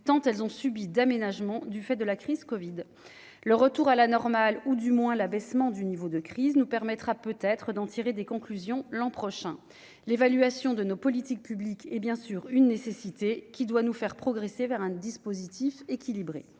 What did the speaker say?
tant elles ont subi d'aménagement du fait de la crise Covid le retour à la normale, ou du moins l'abaissement du niveau de crise nous permettra peut-être d'en tirer des conclusions, l'an prochain, l'évaluation de nos politiques publiques et, bien sûr, une nécessité qui doit nous faire progresser vers un dispositif équilibré,